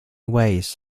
ways